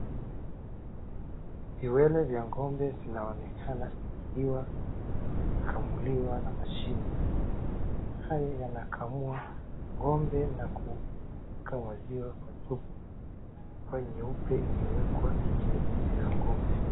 Viwele vya ng'ombe vinaonekana vikiwa vinakamuliwa na mashini haya yana kamua ng'ombe na kuweka maziwa kwa chupa nyeupe iliyowekwa nje ya zizi la ng'ombe.